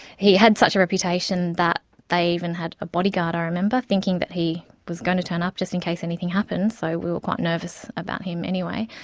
he had such a reputation that they even had a bodyguard, i remember, thinking that he was going to turn up. just in case anything happened. so we were quite nervous about him anyway,